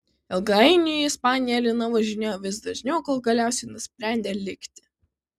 ilgainiui į ispaniją lina važinėjo vis dažniau kol galiausiai nusprendė likti